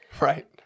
Right